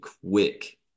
quick